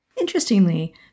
Interestingly